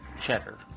Cheddar